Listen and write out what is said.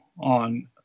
on